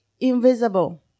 invisible